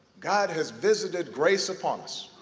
god has visited grace upon us.